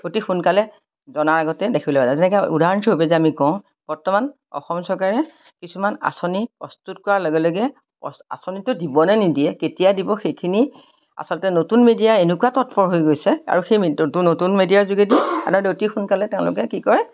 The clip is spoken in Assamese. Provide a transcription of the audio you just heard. অতি সোনকালে জনাৰ আগতে দেখিলে যেনেকে উদাহৰণস্বৰূপে আমি কওঁ বৰ্তমান অসম চৰকাৰে কিছুমান আঁচনি প্ৰস্তুত কৰাৰ লগে লগে আঁচনিটো দিবনে নিদিয়ে কেতিয়া দিব সেইখিনি আচলতে নতুন মিডিয়া এনেকুৱা তৎপৰ হৈ গৈছে আৰু সেইটো নতুন মিডিয়াৰ যোগেদি অতি সোনকালে তেওঁলোকে কি কৰে